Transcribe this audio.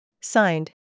Signed